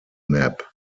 map